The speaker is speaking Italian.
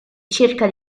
cerca